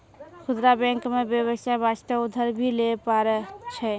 खुदरा बैंक मे बेबसाय बास्ते उधर भी लै पारै छै